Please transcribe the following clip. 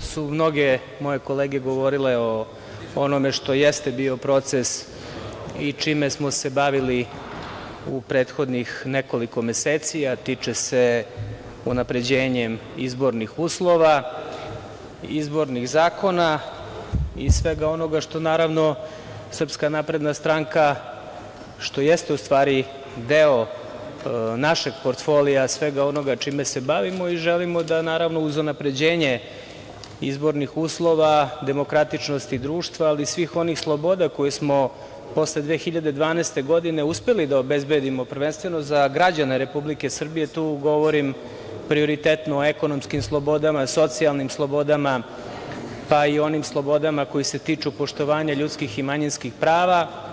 su mnoge moje kolege govorile o onome što jeste bio proces i čime smo se bavili u prethodnih nekoliko meseci, a tiče se unapređenjem izbornih uslova, izbornih zakona i svega onoga što naravno SNS, što jeste u stvari deo našeg portfolija, svega onoga čime se bavimo, i želimo da, naravno, uz unapređenje izbornih uslova, demokratičnosti društva, ali i svih onih sloboda koje smo posle 2012. godine, uspeli da obezbedimo, prvenstveno za građane Republike Srbije, tu govorim prioritetno o ekonomskim slobodama, socijalnim slobodama, pa i onim slobodama koje se tiču poštovanja ljudskih i manjinskih prava.